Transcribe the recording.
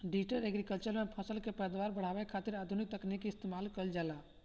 digital agriculture में फसल के पैदावार बढ़ावे खातिर आधुनिक तकनीकी के इस्तेमाल कईल जाला